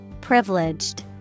Privileged